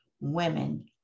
women